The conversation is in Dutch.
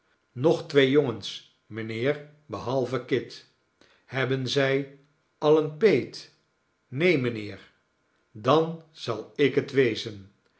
nog twee jongens mijnheer behalve kit hebben zij al een peet neen mijnheerl dan zal ik het wezen